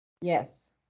Yes